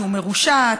שהוא מרושת,